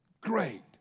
Great